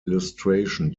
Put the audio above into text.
illustration